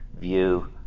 view